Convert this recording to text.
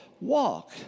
Walk